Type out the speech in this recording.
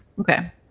Okay